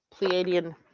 Pleiadian